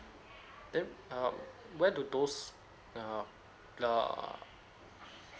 then uh where do those err err